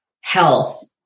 health